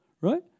right